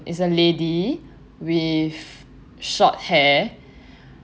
is a lady with short hair